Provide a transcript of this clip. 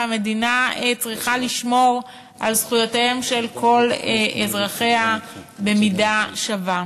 והמדינה צריכה לשמור על זכויותיהם של כל אזרחיה במידה שווה.